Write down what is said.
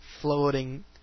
Floating